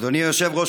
אדוני היושב-ראש,